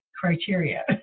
criteria